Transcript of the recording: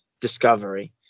Discovery